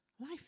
life